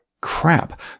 crap